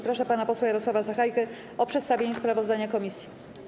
Proszę pana posła Jarosława Sachajkę o przedstawienie sprawozdania komisji.